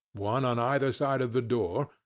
one on either side of the door,